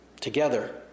Together